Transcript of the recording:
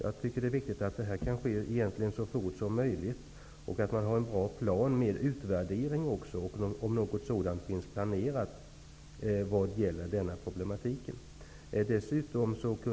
Det är viktigt att det sker så fort som möjligt och att man har en bra plan också för en utvärdering när det gäller den här problematiken. Är någon sådan planerad?